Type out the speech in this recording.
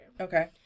Okay